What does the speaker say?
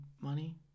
money